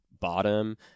bottom